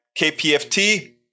KPFT